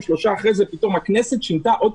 הזכויות שלהם נפגעו ואמר עורך הדין זנדברג,